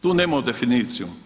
Tu nemamo definiciju.